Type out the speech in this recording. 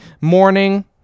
morning